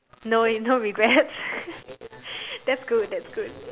no eh no regrets that's good that's good